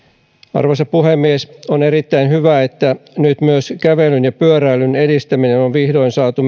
arvoisa puhemies on erittäin hyvä että nyt myös kävelyn ja pyöräilyn edistäminen on vihdoin saatu